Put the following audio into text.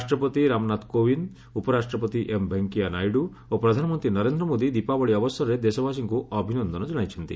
ରାଷ୍ଟ୍ରପତି ରାମନାଥ କୋବିନ୍ଦ୍ ଉପରାଷ୍ଟ୍ରପତି ଏମ୍ ଭେଙ୍କିୟା ନାଇଡ଼ୁ ଓ ପ୍ରଧାନମନ୍ତ୍ରୀ ନରେନ୍ଦ୍ର ମୋଦି ଦୀପାବଳି ଅବସରରେ ଦେଶବାସୀଙ୍କୁ ଅଭିନନ୍ଦନ ଜଣାଇଛନ୍ତି